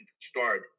start